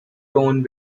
tone